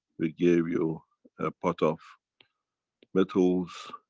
we gave you a pot of metals,